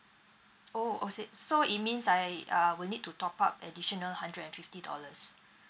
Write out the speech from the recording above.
oh okay so it means I uh will need to top up additional hundred and fifty dollars